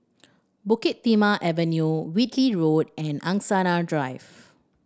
Bukit Timah Avenue Whitley Road and Angsana Drive